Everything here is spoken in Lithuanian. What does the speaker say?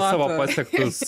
savo pasiektus